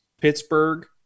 Pittsburgh